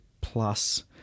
plus